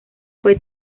fue